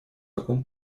таком